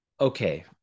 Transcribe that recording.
okay